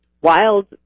wild